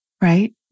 right